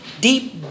deep